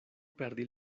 perdi